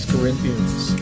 Corinthians